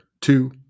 Two